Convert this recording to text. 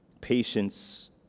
Patience